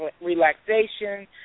relaxation